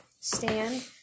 stand